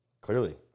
clearly